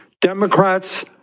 Democrats